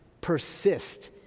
persist